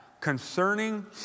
concerning